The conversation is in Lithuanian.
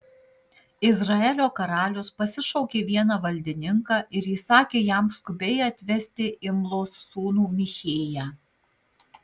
izraelio karalius pasišaukė vieną valdininką ir įsakė jam skubiai atvesti imlos sūnų michėją